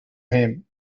him